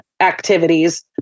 activities